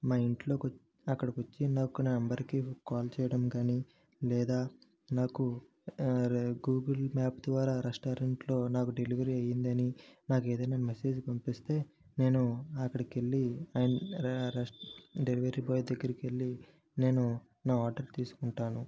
మా ఇంట్లో అక్కడికి వచ్చి నా నంబరుకి కాల్ చేయడం కాని లేదా నాకు గూగుల్ మ్యాప్ ద్వారా రెస్టారెంట్లో నాకు డెలివరీ అయ్యిందని నాకు ఏదైనా మెసేజ్ పంపిస్తే నేను అక్కడికి వెళ్లి రేస్ డెలివరీ బాయ్ దగ్గరకు వెళ్లి నేను నా ఆర్డర్ తీసుకుంటాను